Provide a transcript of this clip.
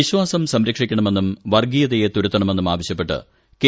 C വിശ്വാസം സംരക്ഷിക്കണമെന്നും വർഗ്ഗീയതയെ തുരത്തണമെന്നും ആവശ്യപ്പെട്ട് കെ